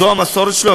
זו המסורת שלו,